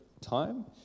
time